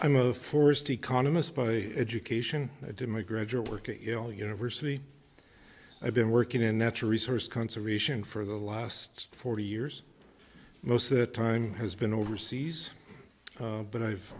the forest economists by education i did my graduate work at yale university i've been working in natural resource conservation for the last forty years most that time has been overseas but i've